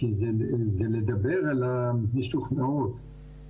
זה לדבר עם המשוכנעות.